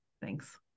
Thanks